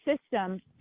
system